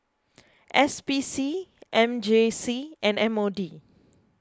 S P C M J C and M O D